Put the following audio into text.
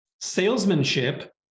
salesmanship